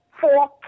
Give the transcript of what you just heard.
four